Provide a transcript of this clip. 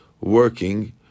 working